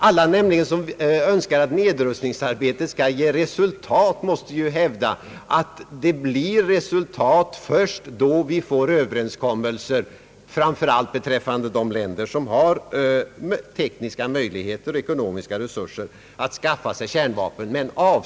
Alla som nämligen önskar att nedrustningsarbetet skall ge resultat måste hävda att det blir resultat först då vi får överenskommelser som innefattar framför allt de länder som har tekniska möjligheter och ekonomiska resurser att skaffa sig kärnvapen.